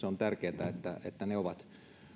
on tärkeää että ne ovat